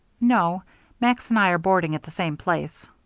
no max and i are boarding at the same place.